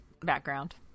background